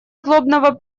злобного